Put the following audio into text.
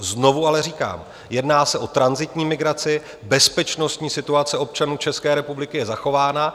Znovu ale říkám: Jedná se o tranzitní migraci, bezpečnostní situace občanů České republiky je zachována.